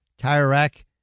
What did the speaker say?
TireRack